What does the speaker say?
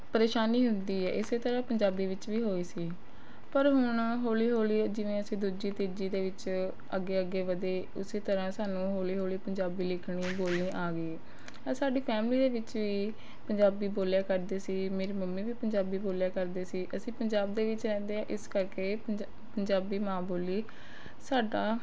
ਪਰੇਸ਼ਾਨੀ ਹੁੰਦੀ ਹੈ ਇਸੇ ਤਰ੍ਹਾਂ ਪੰਜਾਬੀ ਵਿੱਚ ਵੀ ਹੋਈ ਸੀ ਪਰ ਹੁਣ ਹੌਲੀ ਹੌਲੀ ਜਿਵੇਂ ਅਸੀਂ ਦੂਜੀ ਤੀਜੀ ਦੇ ਵਿੱਚ ਅੱਗੇ ਅੱਗੇ ਵਧੇ ਉਸੇ ਤਰ੍ਹਾਂ ਸਾਨੂੰ ਹੌਲੀ ਹੌਲੀ ਪੰਜਾਬੀ ਲਿਖਣੀ ਬੋਲਣੀ ਆ ਗਈ ਆ ਸਾਡੀ ਫੈਮਿਲੀ ਦੇ ਵਿੱਚ ਵੀ ਪੰਜਾਬੀ ਬੋਲਿਆ ਕਰਦੇ ਸੀ ਮੇਰੀ ਮੰਮੀ ਵੀ ਪੰਜਾਬੀ ਬੋਲਿਆ ਕਰਦੇ ਸੀ ਅਸੀਂ ਪੰਜਾਬ ਵਿੱਚ ਰਹਿੰਦੇ ਆ ਇਸ ਕਰਕੇ ਪੰਜਾ ਪੰਜਾਬੀ ਮਾਂ ਬੋਲੀ ਸਾਡਾ